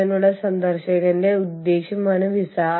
അതിനാൽ ഈ പുസ്തകത്തിലെ ഈ ഡയഗ്രം ഞാൻ ഇവിടെ കാണിക്കുന്നു